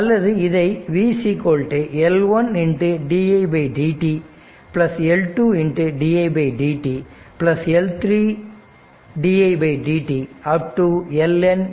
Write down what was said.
அல்லது இதை v L 1 didt L 2 didt L 3 didt